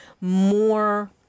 more